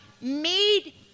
made